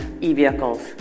e-vehicles